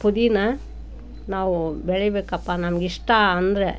ಪುದೀನಾ ನಾವು ಬೆಳಿಬೇಕಪ್ಪಾ ನಮಗಿಷ್ಟ ಅಂದರೆ